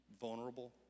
vulnerable